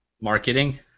Marketing